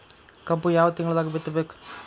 ಕಬ್ಬು ಯಾವ ತಿಂಗಳದಾಗ ಬಿತ್ತಬೇಕು?